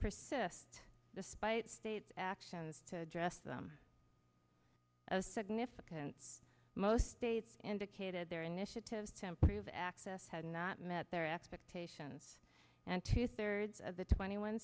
persist despite state actions to address them as significant most states indicated their initiatives to improve access have not met their expectations and two thirds of the twenty one